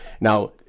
Now